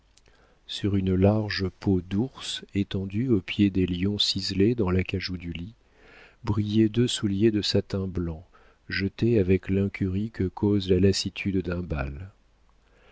sur une large peau d'ours étendue aux pieds des lions ciselés dans l'acajou du lit brillaient deux souliers de satin blanc jetés avec l'incurie que cause la lassitude d'un bal